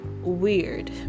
weird